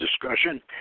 discussion